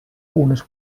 unes